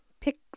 pick